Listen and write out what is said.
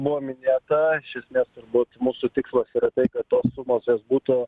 buvo minėta iš esmės turbūt mūsų tikslas yra tai kad tos sumos jos būtų